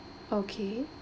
okay